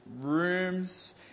rooms